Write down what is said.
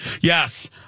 Yes